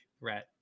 rat